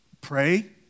pray